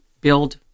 build